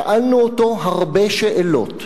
שאלנו אותו הרבה שאלות,